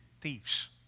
thieves